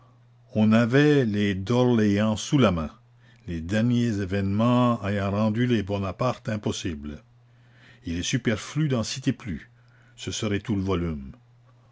on avait les d'orléans sous la main les derniers événements ayant rendu les bonaparte impossibles il est superflu d'en citer plus ce serait tout le volume